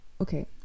okay